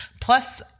plus